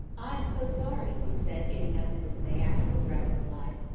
i am so sorry, he said, getting up in dismay after his rapid slide.